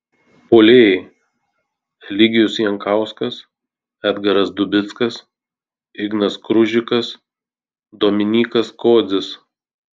puolėjai eligijus jankauskas edgaras dubickas ignas kružikas dominykas kodzis